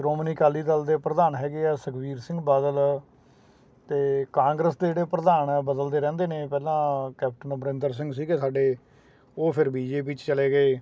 ਸ਼੍ਰੋਮਣੀ ਅਕਾਲੀ ਦਲ ਦੇ ਪ੍ਰਧਾਨ ਹੈਗੇ ਆ ਸੁਖਬੀਰ ਸਿੰਘ ਬਾਦਲ ਤੇ ਕਾਂਗਰਸ ਦੇ ਜਿਹੜੇ ਪ੍ਰਧਾਨ ਆ ਬਦਲਦੇ ਰਹਿੰਦੇ ਨੇ ਪਹਿਲਾਂ ਕੈਪਟਨ ਅਮਰਿੰਦਰ ਸਿੰਘ ਸੀਗੇ ਸਾਡੇ ਉਹ ਫਿਰ ਬੀ ਜੇ ਪੀ ਚ ਚਲੇ ਗਏ